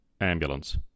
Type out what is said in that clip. ambulance